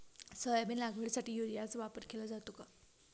Soybean लागवडीसाठी युरियाचा वापर केला जातो का?